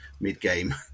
mid-game